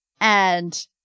And-